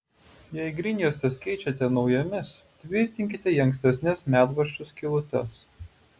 jei grindjuostes keičiate naujomis tvirtinkite į ankstesnes medvaržčių skylutes